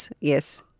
Yes